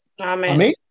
Amen